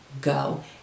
go